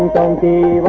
ninety